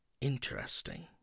Interesting